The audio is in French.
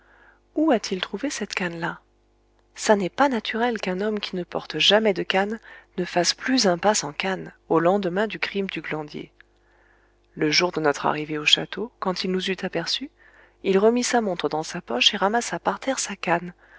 où a-t-il trouvé cette canne là ça n'est pas naturel qu'un homme qui ne porte jamais de canne ne fasse plus un pas sans canne au lendemain du crime du glandier le jour de notre arrivée au château quand il nous eut aperçus il remit sa montre dans sa poche et ramassa par terre sa canne